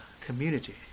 community